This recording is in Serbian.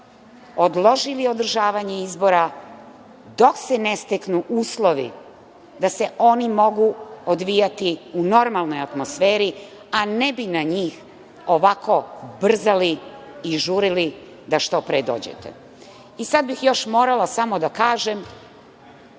odložili održavanje izbora dok se ne steknu uslovi da se oni mogu odvijati u normalnoj atmosferi, a ne bi na njih ovako brzali i žurili da što pre dođete. Sad bih još morala samo da kažem